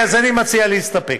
להסתפק.